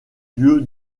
lieu